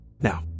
now